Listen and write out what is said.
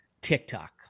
TikTok